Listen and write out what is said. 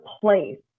place